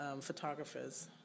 photographers